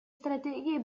стратегии